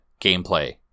gameplay